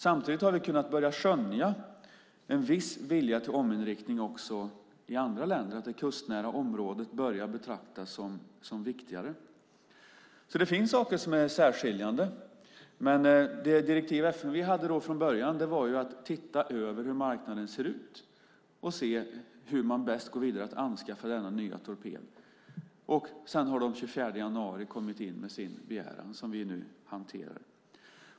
Samtidigt har vi kunnat börja skönja en viss vilja till ominriktning också i andra länder, att det kustnära området börjar betraktas som viktigare. Det finns alltså saker som är särskiljande. Men det direktiv som FMV hade från början var att se över hur marknaden ser ut och se hur man bäst går vidare för att anskaffa denna nya torped. Sedan har man den 24 januari kommit in med sin begäran som vi nu hanterar.